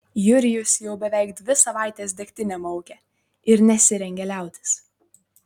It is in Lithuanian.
jurijus jau beveik dvi savaites degtinę maukia ir nesirengia liautis